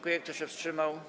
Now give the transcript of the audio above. Kto się wstrzymał?